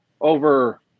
over